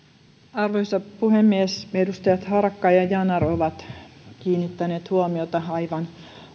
arvoisa puhemies edustajat harakka ja yanar ovat kiinnittäneet huomiota aivan